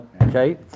okay